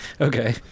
Okay